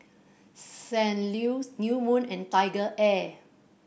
Saint Ives New Moon and TigerAir